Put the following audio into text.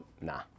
Nah